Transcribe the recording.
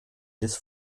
des